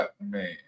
man